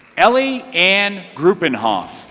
ellie ann grubenhoff.